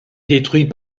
détruit